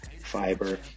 fiber